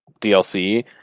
dlc